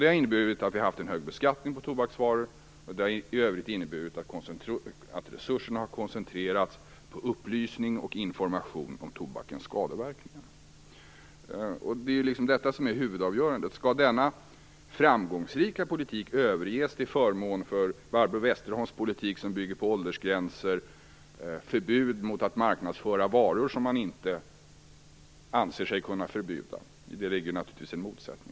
Det har inneburit att vi har haft en hög beskattning på tobaksvaror och att resurserna har koncentrerats på upplysning och information om tobakens skadeverkningar. Det är detta som är huvudavgörandet: Skall denna framgångsrika politik överges till förmån för Barbro Westerholms politik som bygger på åldersgränser och förbud mot att marknadsföra varor som man inte anser sig kunna förbjuda? I det sistnämnda ligger naturligtvis en motsättning.